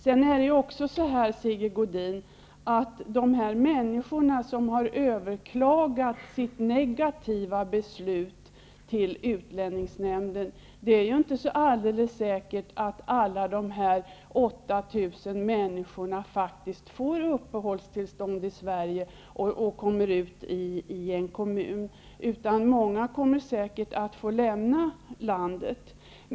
Det är inte helt säkert, Sigge Godin, att alla de 8 000 människor som har överklagat de negativa besluten till utlänningsnämnden får uppehållstillstånd i Sverige och kommer ut i kommunerna, utan många kommer säkert att få lämna landet.